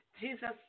Jesus